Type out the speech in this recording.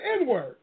N-word